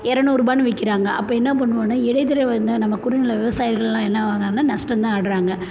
எரநூறுரூபானு விற்கிறாங்க அப்போது என்ன பண்ணுவோம்னா வந்து நம்ம குறுநில விவசாயிகளெலாம் என்ன ஆகுவாங்கன்னா நஷ்டம் தான் ஆகிட்றாங்க